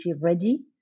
ready